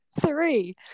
three